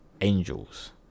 angels